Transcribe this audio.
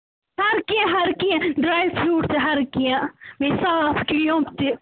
ہر کینٛہہ ہر کینٛہہ ڈرٛاے فرٛوٗٹ تہِ ہر کینٛہہ بیٚیہِ صاف تہِ